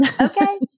Okay